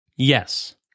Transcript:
Yes